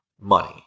money